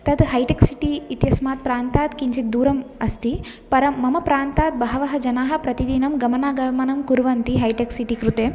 तत् हैटेक् सिटि इत्यस्मात् प्रान्तात् किञ्चिद् दूरम् अस्ति परं मम प्रान्तात् बहवः जनाः प्रतिदिनं गमनागमनं कुर्वन्ति हैटेक् सिटि कृते